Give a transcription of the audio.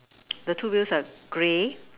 the two wheels are grey